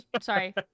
Sorry